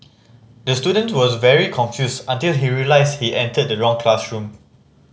the student was very confused until he realised he entered the wrong classroom